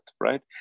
right